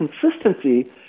consistency